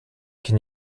can